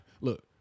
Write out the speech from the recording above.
Look